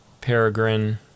Peregrine